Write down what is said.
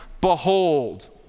Behold